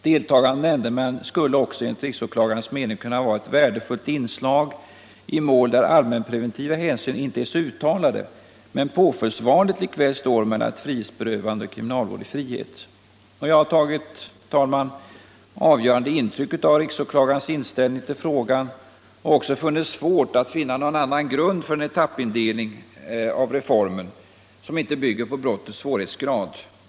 Deltagande av nämndemän skulle också enligt riksåklagarens mening kunna vara ett värdefullt inslag i mål där allmänpreventiva hänsyn inte är så uttalade men påföljdsvalet likväl står mellan ett frihetsberövande och kriminalvård i frihet. Jag har tagit avgörande intryck av riksåklagarens inställning till frågan och också funnit det svårt att finna någon grund för en etappindelning av reformen som inte bygger på brottets svårighetsgrad.